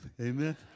Amen